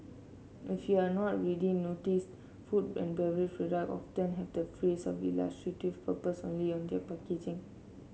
if you're not already noticed food and beverage products often have the phrase of illustrative purposes only on their packaging